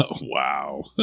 Wow